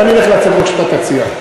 ואני אלך להצגות שאתה תציע.